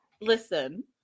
listen